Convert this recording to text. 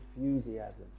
enthusiasm